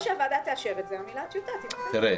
שהוועדה תאשר את זה המילה "טיוטה" תימחק.